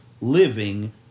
living